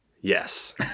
Yes